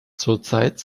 zurzeit